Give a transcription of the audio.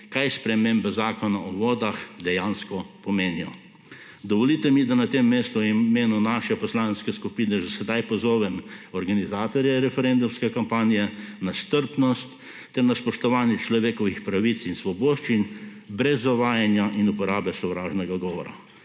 kaj spremembe Zakona o vodah dejansko pomenijo. Dovolite mi, da na tem mestu in v imenu naše poslanske skupine že sedaj pozovem organizatorje referendumske kampanje na strpnost ter na spoštovanje človekovih pravic in svoboščin brez zavajanja in uporabo sovražnega govora.